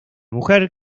mujer